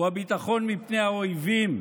הוא הביטחון מפני האויבים,